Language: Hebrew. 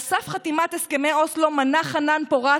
על סף חתימת הסכמי אוסלו מנע חנן פורת